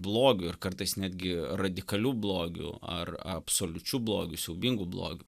blogiu ir kartais netgi radikaliu blogiu ar absoliučiu blogiu siaubingu blogiu